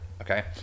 okay